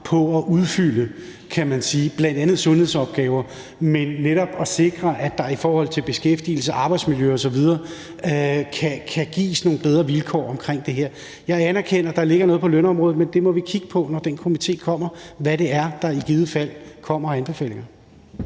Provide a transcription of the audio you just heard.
man sige, bl.a. sundhedsopgaver og netop sikre, at der i forhold til beskæftigelse, arbejdsmiljø osv. kan gives nogle bedre vilkår omkring det her. Jeg anerkender, at der ligger noget på lønområdet, men det må vi kigge på, når den komité kommer, altså hvad det er, der i givet fald kommer af anbefalinger.